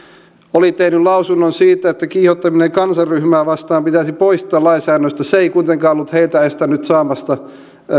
oli tehnyt lausunnon siitä että kiihottaminen kansanryhmää vastaan pitäisi poistaa lainsäädännöstä se ei kuitenkaan ollut heitä estänyt saamasta